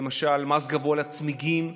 למשל מס גבוה על הצמיגים,